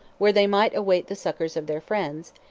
where they might await the succors of their friends,